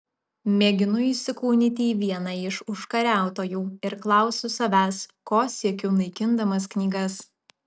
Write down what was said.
mėginu įsikūnyti į vieną iš užkariautojų ir klausiu savęs ko siekiu naikindamas knygas